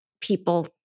people